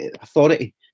authority